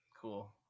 Cool